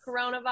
coronavirus